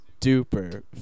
duper